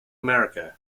america